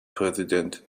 präsident